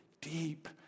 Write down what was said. deep